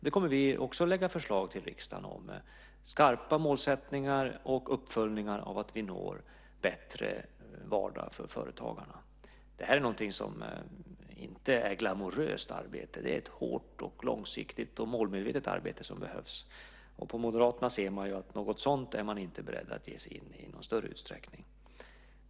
Det kommer vi också att lägga fram förslag till riksdagen om, skarpa målsättningar och uppföljningar så att vi når en bättre vardag för företagarna. Det här är inte något glamoröst arbete. Det är ett hårt, långsiktigt och målmedvetet arbete som behövs. Hos Moderaterna är man inte i någon större utsträckning beredd att ge sig in i något sådant.